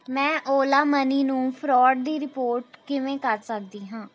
ਮੈਂ Ola money ਨੂੰ fraud ਦੀ ਰਿਪੋਰਟ ਕਿਵੇਂ ਕਰ ਸਕਦੀ ਹਾਂ